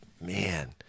Man